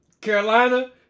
Carolina